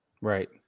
Right